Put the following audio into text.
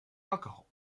alcohol